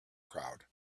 crowd